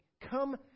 come